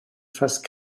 face